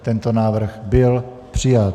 Tento návrh byl přijat.